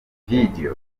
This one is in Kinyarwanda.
video